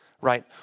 right